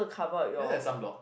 then there sunblock